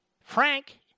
Frank